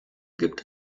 gibt